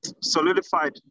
solidified